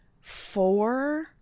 four